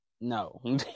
No